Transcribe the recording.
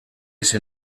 ese